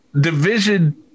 division